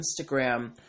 Instagram